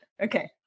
Okay